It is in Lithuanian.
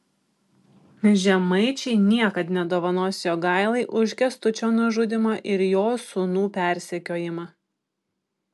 žemaičiai niekad nedovanos jogailai už kęstučio nužudymą ir jo sūnų persekiojimą